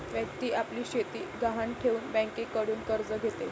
व्यक्ती आपली शेती गहाण ठेवून बँकेकडून कर्ज घेते